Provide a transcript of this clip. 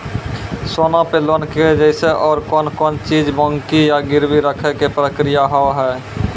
सोना पे लोन के जैसे और कौन कौन चीज बंकी या गिरवी रखे के प्रक्रिया हाव हाय?